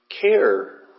care